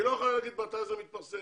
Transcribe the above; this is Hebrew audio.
היא לא יכולה להגיד מתי זה מתפרסם,